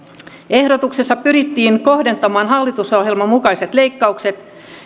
ehdotuksessa pyrittiin kohdentamaan hallitusohjelman mukaiset leikkaukset